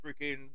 freaking